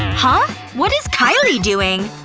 huh? what is kylie doing?